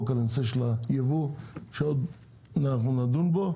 חוק כמו של הנושא של הייבוא שעוד נדון בו,